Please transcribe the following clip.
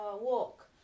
walk